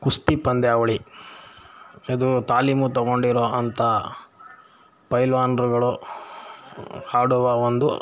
ಕುಸ್ತಿ ಪಂದ್ಯಾವಳಿ ಇದು ತಾಲೀಮು ತೊಗೊಂಡಿರೋ ಅಂಥ ಪೈಲ್ವಾನರುಗಳು ಆಡುವ ಒಂದು